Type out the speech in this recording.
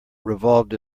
revolved